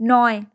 নয়